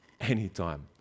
Anytime